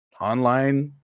online